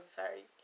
sorry